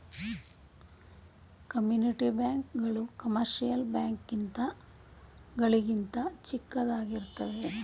community bank ಗಳು commercial bank ಗಳಿಗಿಂತ ಚಿಕ್ಕದಾಗಿರುತ್ತವೆ